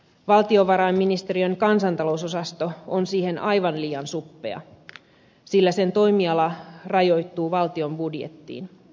valtiovarainministeriön kansantalousosasto on siihen aivan liian suppea sillä sen toimiala rajoittuu valtion budjettiin